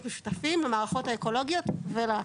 משותפים למערכות האקולוגיות ולאקלים.